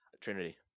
Trinity